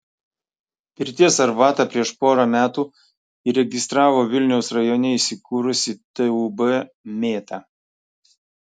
pirties arbatą prieš porą metų įregistravo vilniaus rajone įsikūrusi tūb mėta